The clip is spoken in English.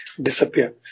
disappear